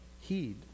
Heed